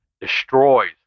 Destroys